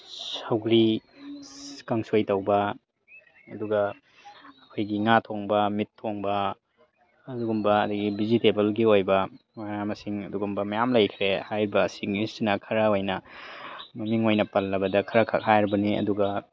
ꯁꯧꯒ꯭ꯔꯤ ꯀꯥꯡꯁꯣꯏ ꯇꯧꯕ ꯑꯗꯨꯒ ꯑꯩꯈꯣꯏꯒꯤ ꯉꯥ ꯊꯣꯡꯕ ꯃꯤꯠ ꯊꯣꯡꯕ ꯑꯗꯨꯒꯨꯝꯕ ꯑꯗꯒꯤ ꯚꯦꯖꯤꯇꯦꯕꯜꯒꯤ ꯑꯣꯏꯕ ꯃꯅꯥ ꯃꯁꯤꯡ ꯑꯗꯨꯒꯨꯝꯕ ꯃꯌꯥꯝ ꯂꯩꯈ꯭ꯔꯦ ꯍꯥꯏꯔꯤꯕꯁꯤꯡ ꯑꯁꯤꯅ ꯈꯔ ꯑꯣꯏꯅ ꯃꯃꯤꯡ ꯑꯣꯏꯅ ꯄꯜꯂꯕꯗ ꯈꯔ ꯈꯛ ꯍꯥꯏꯔꯕꯅꯦ ꯑꯗꯨꯒ